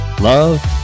love